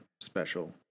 special